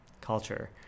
culture